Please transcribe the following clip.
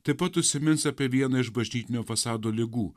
taip pat užsimins apie vieną iš bažnytinio fasado ligų